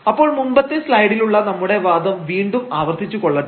അപ്പോൾ മുമ്പത്തെ സ്ലൈഡിലുള്ള നമ്മുടെ വാദം വീണ്ടും ആവർത്തിച്ചു കൊള്ളട്ടെ